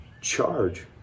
charge